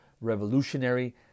revolutionary